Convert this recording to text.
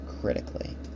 critically